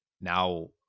now